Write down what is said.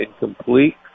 incomplete